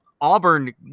Auburn